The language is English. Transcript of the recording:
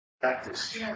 practice